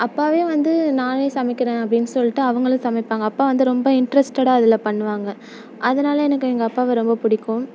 அப்பாவே வந்து நானே சமைக்கிறேன் அப்படின்னு சொல்லிட்டு அவங்களும் சமைப்பாங்க அப்பா வந்து ரொம்ப இன்ட்ரெஸ்டடாக அதில் பண்ணுவாங்க அதனால் எனக்கு எங்கள் அப்பாவை ரொம்ப பிடிக்கும்